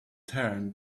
turn